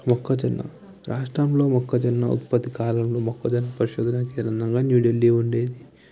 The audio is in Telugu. మొక్కజొన్న రాష్ట్రంలో మొక్కజొన్న ఉత్పత్తి కాలంలో మొక్కజొన్న పరిశోధన కేంద్రంగా న్యూ ఢిల్లీ ఉండేది